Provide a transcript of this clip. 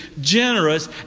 generous